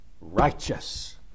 righteous